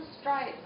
stripes